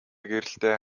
гэрэлтэй